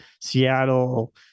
Seattle